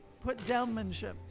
put-downmanship